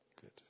Good